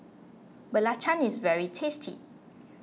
Belacan is very tasty